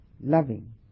loving